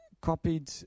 copied